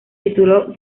tituló